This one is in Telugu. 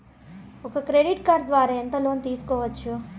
ఒక క్రెడిట్ కార్డు ద్వారా ఎంత లోను తీసుకోవచ్చు?